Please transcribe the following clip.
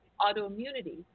autoimmunity